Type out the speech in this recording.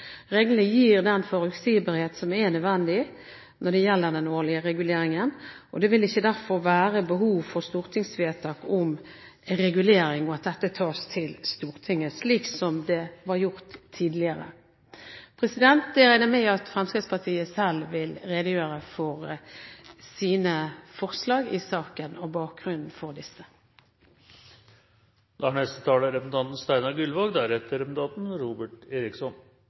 Reglene gir den forutsigbarhet som er nødvendig når det gjelder den årlige reguleringen, og det vil derfor ikke være behov for stortingsvedtak om regulering og at dette tas til Stortinget – slik det var gjort tidligere. Jeg regner med at Fremskrittspartiet selv vil redegjøre for sine forslag i saken og bakgrunnen for disse.